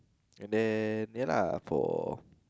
uh and then ya lah for